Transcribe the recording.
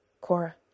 Cora